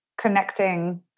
connecting